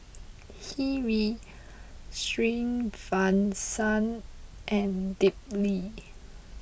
Hri Srinivasa and Dilip